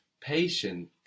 patient